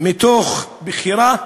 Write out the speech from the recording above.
מתוך בחירה,